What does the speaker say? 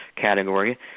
category